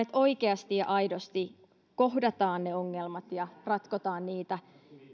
että oikeasti ja aidosti kohdataan ne ongelmat ja ratkotaan niitä